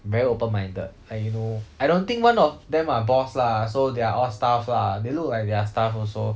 very open minded like you know I don't think one of them are boss lah so they're are all staff lah they look like their staff also